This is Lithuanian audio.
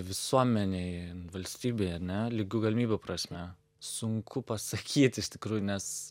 visuomenėj valstybėj ane lygių galimybių prasme sunku pasakyt iš tikrųjų nes